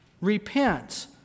Repent